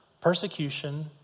Persecution